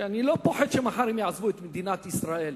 ואני לא פוחד שמחר הם יעזבו את מדינת ישראל.